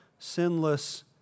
sinless